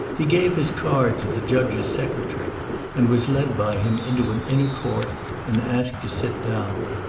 he gave his card to the judge's secretary and was led by him into an inner court and asked to sit down.